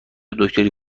دکتری